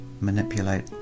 manipulate